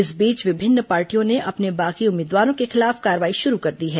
इस बीच विभिन्न पार्टियों ने अपने बागी उम्मीदवारों के खिलाफ कार्रवाई शुरू कर दी है